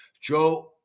Joe